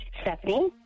Stephanie